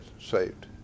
saved